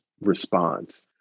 response